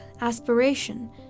aspiration